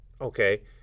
okay